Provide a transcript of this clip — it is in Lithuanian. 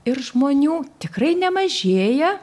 ir žmonių tikrai nemažėja